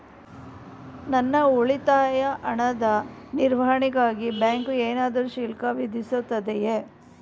ನನ್ನ ಉಳಿತಾಯ ಹಣದ ನಿರ್ವಹಣೆಗಾಗಿ ಬ್ಯಾಂಕು ಏನಾದರೂ ಶುಲ್ಕ ವಿಧಿಸುತ್ತದೆಯೇ?